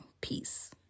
Peace